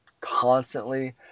constantly